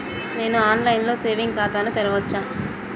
నేను online లో saving ఖాతా ను తెరవచ్చా?